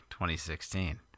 2016